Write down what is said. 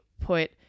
put